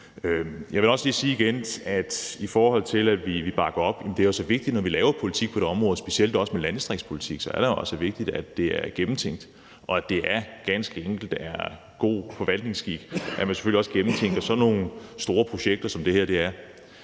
Jeg vil også lige igen sige, i forhold til at vi ikke bakker op, at når vi laver politik på et område, specielt også i landdistriktspolitik, så er det jo altså vigtigt, at det er gennemtænkt. Det er ganske enkelt god forvaltningsskik, at man også gennemtænker sådan nogle store projekter, som det her er.